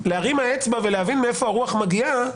להרים האצבע ולהבין מאיפה הרוח מגיעה,